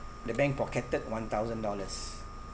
the bank pocketed one thousand dollars